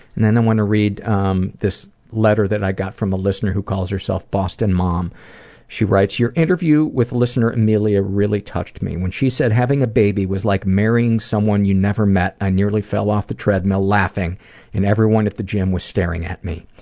and then i wanna read, um, this letter that i got from a listener who calls herself bostonmom. she writes, your interview with listener amelia really touched me. when she said, having a baby was like marrying someone you never met i nearly fell off the treadmill laughing and everyone at the gym was staring at me.